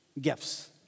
gifts